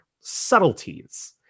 subtleties